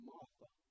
Martha